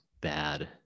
bad